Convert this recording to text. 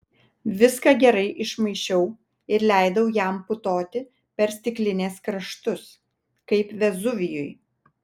viską gerai išmaišiau ir leidau jam putoti per stiklinės kraštus kaip vezuvijui